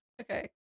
Okay